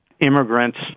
immigrants